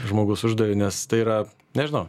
žmogus uždavė nes tai yra nežinau